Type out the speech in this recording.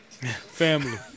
Family